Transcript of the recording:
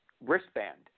wristband